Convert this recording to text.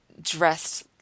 dressed